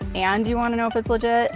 and you want to know if it's legit?